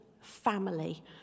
family